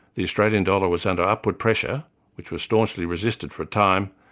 the australian dollar was under upward pressure which was staunchly resisted for a time,